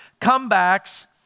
comebacks